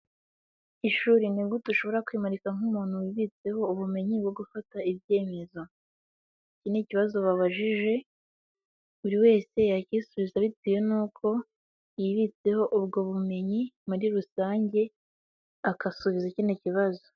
Ishuri ni gute ushobora kwimurika nk'umuntu wibitseho ubumenyi bwo gufata ibyemezo? Iki ni ikibazo babajije, buri wese yakisubiza bitewe nuko yibitseho ubwo bumenyi muri rusange, agasubiza kino kibazo.